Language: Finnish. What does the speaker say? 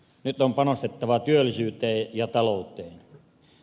nyt on panostettava työllisyyteen ja talouteen